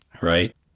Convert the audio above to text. Right